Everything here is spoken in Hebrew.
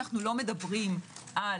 אנו לא מדברים על